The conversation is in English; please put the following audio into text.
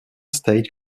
state